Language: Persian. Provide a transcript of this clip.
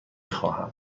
خواهم